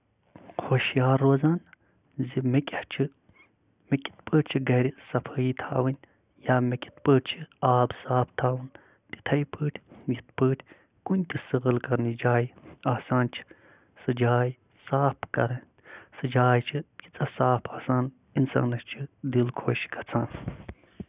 خۄش یا روزان یا مےٚ کیاہ چھُ مےٚ کِتھ پٲٹھۍ چھےٚ گرِ صفٲیہِ تھاؤنۍ یا مےٚ کِتھ پٲٹھۍ چھِ آب صاف تھاوُن تِتھٕے پٲٹھۍ یِتھۍ پٲٹھۍ کُنہِ تہِ سٲل کَرنٕچ جایہِ آسان چھِ سُہ جاے صاف کَرٕنۍ سۄ جاے چھِ تِژاہ صاف آسان اِنسانَس چھُ دِل خۄش گژھان